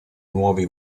nuovi